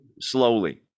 slowly